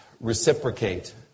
reciprocate